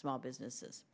small businesses